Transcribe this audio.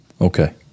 Okay